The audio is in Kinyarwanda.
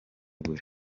buri